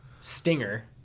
Stinger